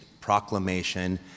proclamation